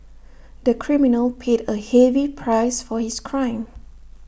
the criminal paid A heavy price for his crime